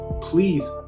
please